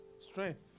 Strength